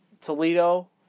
Toledo